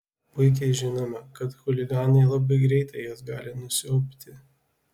puikiai žinome kad chuliganai labai greitai jas gali nusiaubti